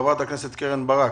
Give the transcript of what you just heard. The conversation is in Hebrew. חברת הכנסת קרן ברק.